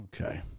okay